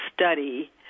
study